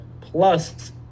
Plus